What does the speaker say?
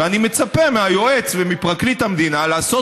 ואני מצפה מהיועץ ומפרקליט המדינה לעשות